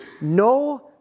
no